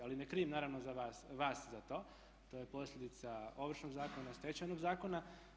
Ali ne krivim naravno vas za to, to je posljedica Ovršnog zakona, Stečajnog zakona.